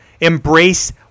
Embrace